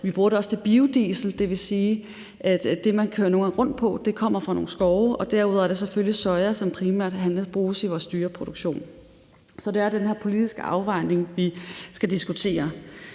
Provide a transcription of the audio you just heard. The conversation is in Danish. vi bruger det også til biodiesel, det vil sige, at det, man nogle gange kører rundt på, kommer fra nogle skove, og derudover er der selvfølgelig soja, som primært bruges i vores dyreproduktion. Så det er den her politiske afvejning, vi skal diskutere.